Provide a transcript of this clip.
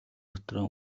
дотроо